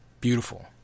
Beautiful